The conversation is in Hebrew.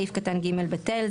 סעיף קטן (ג) בטל,